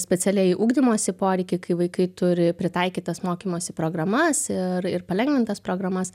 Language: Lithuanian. specialieji ugdymosi poreikiai kai vaikai turi pritaikytas mokymosi programas ir ir palengvintas programas